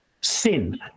sin